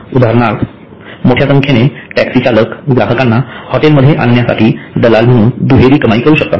उदाहरणार्थ मोठ्या संख्येने टॅक्सी चालक ग्राहकांना हॉटेलमध्ये आणण्यासाठी दलाल म्हणून दुहेरी कमाई करू शकतात